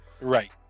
Right